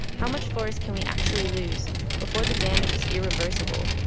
how much forest can we actually lose before the damage is irreversible?